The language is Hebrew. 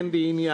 אין לי עניין.